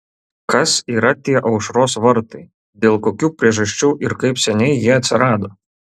kas yra tie aušros vartai dėl kokių priežasčių ir kaip seniai jie atsirado